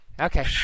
Okay